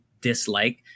dislike